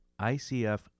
ICF